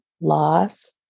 loss